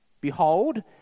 Behold